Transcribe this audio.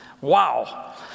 Wow